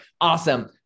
awesome